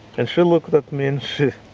and she looked at me and she,